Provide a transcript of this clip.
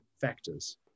factors